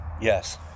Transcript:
Yes